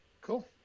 Cool